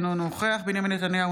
אינו נוכח בנימין נתניהו,